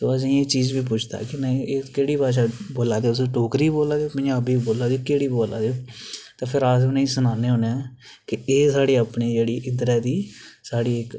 ते ओह् असेंगी एह् पुछदा कि एह् केह्ड़ी भाशा ऐ की तुस डोगरी बोल्ला दे जां पंजाबी बोल्ला दे केह्ड़ी बोल्ला दे तुस ते अस बी उनेंगी सनान्ने होन्नने कि एह् साढ़ी जेह्ड़ी इद्धरे दी साढ़ी इक्क